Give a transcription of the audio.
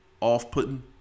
off-putting